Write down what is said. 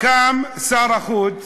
קם שר החוץ.